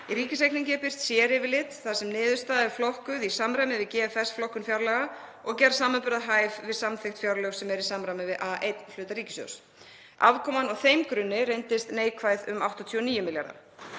Í ríkisreikningi er birt séryfirlit þar sem niðurstaðan er flokkuð í samræmi við GFS-flokkun fjárlaga og gerð samanburðarhæf við samþykkt fjárlög sem er í samræmi við A1-hluta ríkissjóðs. Afkoman á þeim grunni reyndist neikvæð um 89 milljarða.